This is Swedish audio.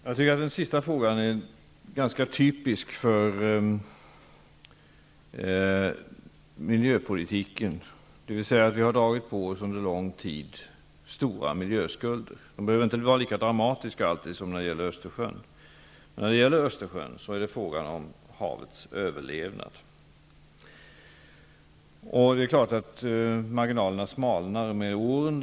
Fru talman! Den sista frågan är typisk för miljöpolitiken, dvs. att vi under en lång tid har dragit på oss stora miljöskulder. De behöver inte alltid vara lika dramatiska som när det gäller Östersjön. Men när det gäller Östersjön, är det fråga om havets överlevnad. Det är klart att marginalerna smalnar med åren.